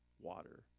water